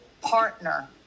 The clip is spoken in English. partner